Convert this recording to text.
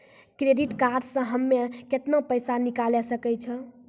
Credit card से हम्मे केतना पैसा निकाले सकै छौ?